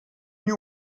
you